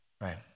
Right